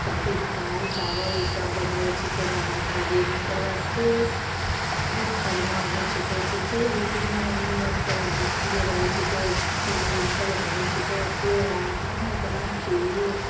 कद्दूके दाल चावल ईसब बनबै छिकै नहाइ खाइ दिन ओकरबाद फिर फिर खरना होइ छिकै तऽ फिर ओहिदिना मम्मी आओरसभ भुखले रहै छिकै ई निर्जल रहै छिकै फिर रातिमे अपना खीर